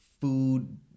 food